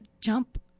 jump